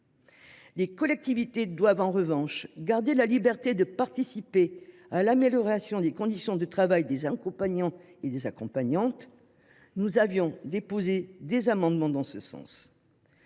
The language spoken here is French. Les collectivités doivent, en revanche, garder la liberté de participer à l’amélioration des conditions de travail des accompagnants et des accompagnantes. Nous avions déposé des amendements dans ce sens.